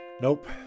Nope